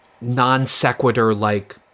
non-sequitur-like